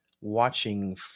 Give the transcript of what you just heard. Watching